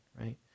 right